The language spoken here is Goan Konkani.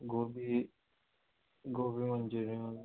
गोबी गोबी मंचुरियन